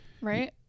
right